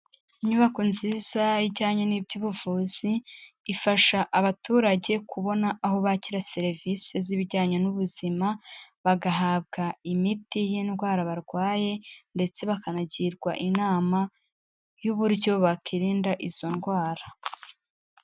Inyubako nziza ijyanye n'iby'ubuvuzi ifasha abaturage kubona aho bakira serivisi z'ibijyanye n'ubuzima, bagahabwa imiti y'indwara barwaye ndetse bakanagirwa inama y'uburyo bakirinda izo ndwara.